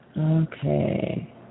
Okay